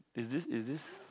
is this is this